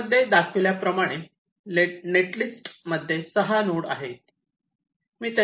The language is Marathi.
स्लाइडमध्ये दाखविल्याप्रमाणे नेट लिस्टमध्ये सहा नोड आहेत